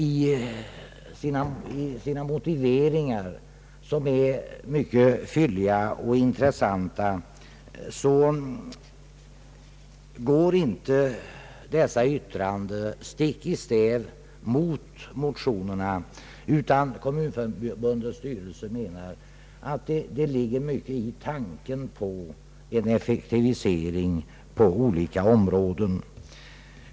I sina motiveringar, som är mycket fylliga och intressanta, går emellertid inte detta yttrande stick i stäv med motionerna, utan kommunförbundets styrelse anser att det ligger mycket i tanken på en effektivisering inom olika områden.